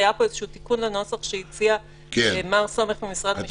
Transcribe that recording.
היה פה איזשהו תיקון לנוסח שהציע מר סומך ממשרד המשפטים.